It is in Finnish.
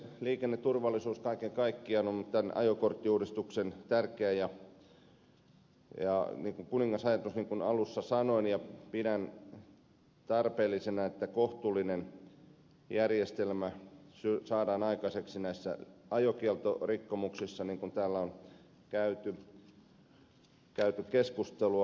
liikenneturvallisuus kaiken kaikkiaan on tämän ajokorttiuudistuksen tärkeä kuningasajatus niin kuin alussa sanoin ja pidän tarpeellisena että kohtuullinen järjestelmä saadaan aikaiseksi näissä ajokieltorikkomuksissa niin kuin täällä on käyty keskustelua